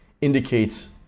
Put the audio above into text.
indicates